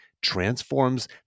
transforms